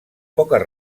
poques